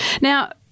Now